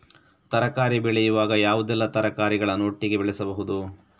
ತರಕಾರಿ ಬೆಳೆಯುವಾಗ ಯಾವುದೆಲ್ಲ ತರಕಾರಿಗಳನ್ನು ಒಟ್ಟಿಗೆ ಬೆಳೆಸಬಹುದು?